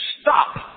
stop